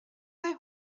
bei